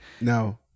No